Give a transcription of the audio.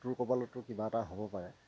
তোৰ কপালতো কিবা এটা হ'ব পাৰে